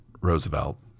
roosevelt